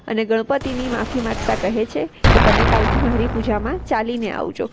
અને ગણપતિની માફી માગતાં કહે છે કે તમે કાલથી મારી પૂજામાં ચાલીને આવજો